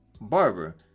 barber